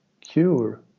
cure